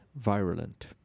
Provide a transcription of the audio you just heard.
virulent